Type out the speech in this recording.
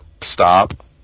stop